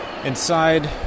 Inside